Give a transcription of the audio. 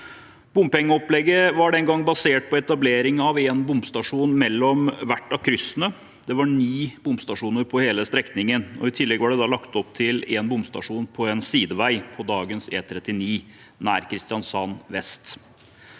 Bompengeopplegget var den gang basert på etablering av en bomstasjon mellom hvert av kryssene. Det var ni bomstasjoner på hele strekningen, og i tillegg var det lagt opp til en bomstasjon på en sidevei på dagens E39 nær Kristiansand vest.